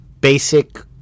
Basic